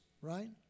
right